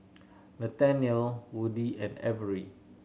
Nathaniel Woody and Averi